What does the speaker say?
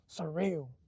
surreal